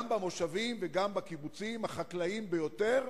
גם במושבים וגם בקיבוצים החקלאיים ביותר,